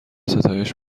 ستایش